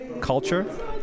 culture